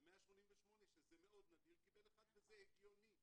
ו-188% שזה מאוד נדיר קיבל אחד, וזה הגיוני.